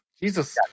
Jesus